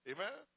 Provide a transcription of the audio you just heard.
Amen